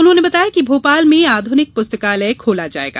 उन्होंने बताया कि भोपाल में आधुनिक पुस्तकालय खोला जायेगा